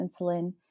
insulin